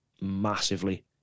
massively